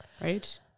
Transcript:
Right